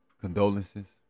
condolences